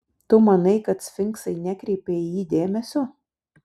tu manai kad sfinksai nekreipia į jį dėmesio